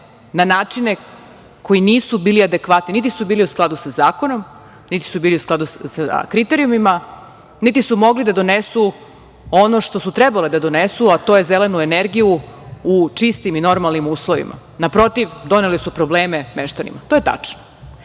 na načine koji nisu bili adekvatni. Niti su bili u skladu sa zakonom, niti su bili u skladu sa kriterijumima, niti su mogli da donesu ono što su trebale da donesu, a to je zelenu energiju u čistim i normalnim uslovima. Naprotiv, donele su probleme meštanima. To je tačno